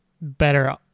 better